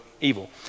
evil